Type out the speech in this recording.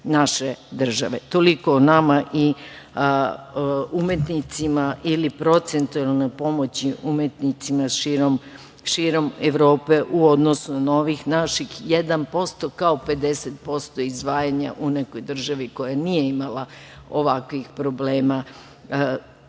naše države. Toliko o nama i umetnicima ili procentualne pomoći umetnicima širom Evrope u odnosu na ovih naših 1% kao 50% izdvajanja u nekoj državi koja nije imala ovakvih problema